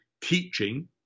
teaching